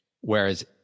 Whereas